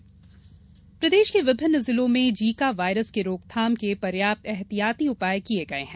Zika virus प्रदेश के विभिन्न जिलों में जीका वायरस के रोकथाम के पर्याप्त ऐहतियाती उपाय किये गये हैं